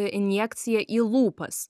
injekcija į lūpas